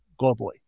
globally